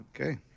Okay